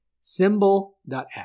Symbol.app